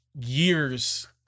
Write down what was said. years